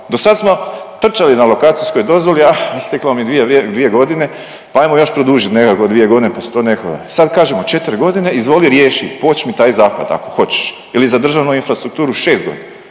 dosad smo trčali na lokacijskoj dozvoli, a isteklo mi 2.g., pa ajmo još produžit nekako 2.g., pa se to nekako, sad kažemo 4.g., izvoli riješi, počni taj zahvat ako hoćeš ili za državnu infrastrukturu 6.g.,